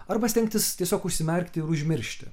arba stengtis tiesiog užsimerkti ir užmiršti